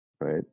right